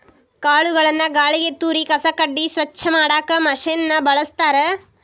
ಕಾಳುಗಳನ್ನ ಗಾಳಿಗೆ ತೂರಿ ಕಸ ಕಡ್ಡಿ ಸ್ವಚ್ಛ ಮಾಡಾಕ್ ಮಷೇನ್ ನ ಬಳಸ್ತಾರ